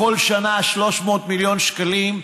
לכל שנה 300 מיליון שקלים.